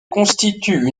constitue